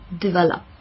develop